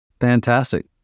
Fantastic